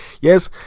Yes